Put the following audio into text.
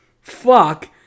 fuck